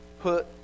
put